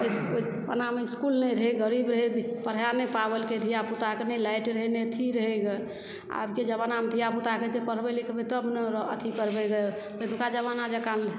ओना मे इसकुल नहि रहै गरीब रहै पढ़ै नहि पाललकै धिया पूता के नहि लाइट रहै नहि अथी रहै ग आबके ज़मानामे धिया पूता कहै छै पढ़बै लिखेबै तब ने अथी करबै ग पहिलुका जमाना जेकाॅं नहि